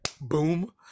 boom